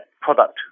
product